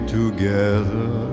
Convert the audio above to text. together